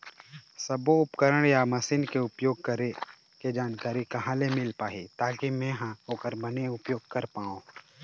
सब्बो उपकरण या मशीन के उपयोग करें के जानकारी कहा ले मील पाही ताकि मे हा ओकर बने उपयोग कर पाओ?